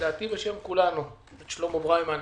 לדעתי בשם כולנו את שלמה בריינמן,